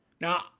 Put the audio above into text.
Now